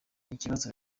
ikibazo